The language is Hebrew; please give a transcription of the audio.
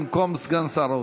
במקום סגן שר האוצר.